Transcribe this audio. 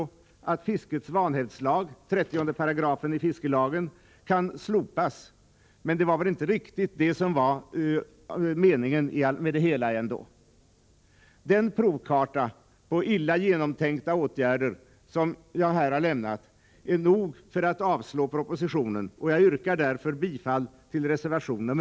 Fiskets vanhävdslag, 30 § i fiskelagen, kan alltså slopas — men det var väl ändå inte riktigt detta som var meningen med det hela? Den provkarta på illa genomtänkta åtgärder jag här har lämnat är nog för att avslå propositionen, och jag yrkar därför bifall till reservation 1.